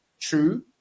True